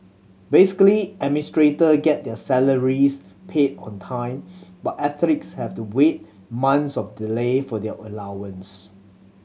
basically administrator get their salaries paid on time but athletes have to wait months of delay for their allowance